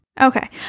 Okay